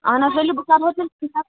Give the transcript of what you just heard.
اَہَن حظ ؤلِو بہٕ کرو تۄہہِ